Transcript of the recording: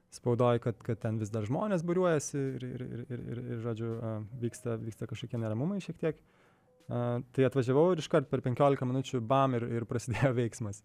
spaudoje kad kad ten vis dar žmonės būriuojasi ir ir ir žodžiu vyksta vyksta kažkokie neramumai šiek tiek a tai atvažiavau ir iškart per penkiolika minučių bam ir ir prasidėjo veiksmas